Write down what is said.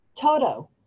Toto